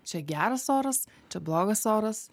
čia geras oras čia blogas oras